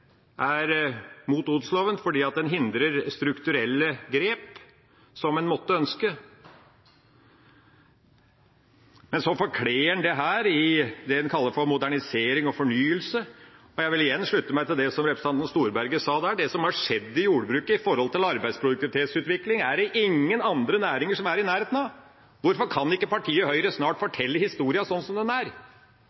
er mot odelsloven fordi den hindrer strukturelle grep som de ønsker. Men så forkler en seg i det en kaller for «modernisering og fornyelse». Jeg vil igjen slutte meg til det representanten Storberget sa: Det som har skjedd i jordbruket når det gjelder arbeidsproduktivitetsutvikling, er det ingen andre næringer som er i nærheten av. Hvorfor kan ikke partiet Høyre snart